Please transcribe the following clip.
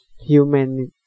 humanity